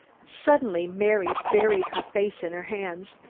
suddenly mary buried her face in her hands.